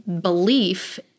belief